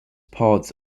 part